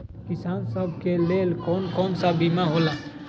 किसान सब के लेल कौन कौन सा बीमा होला?